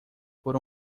por